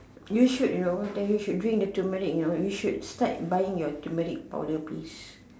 you should you know then you should drink the turmeric you know you should start buying your turmeric powder please